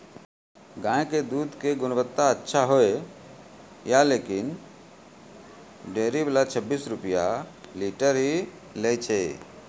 गांव के दूध के गुणवत्ता अच्छा होय या लेकिन डेयरी वाला छब्बीस रुपिया लीटर ही लेय छै?